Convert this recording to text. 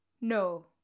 No